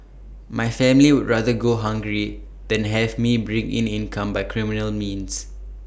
my family would rather go hungry than have me bring in income by criminal means